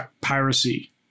piracy